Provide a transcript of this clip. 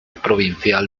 provincial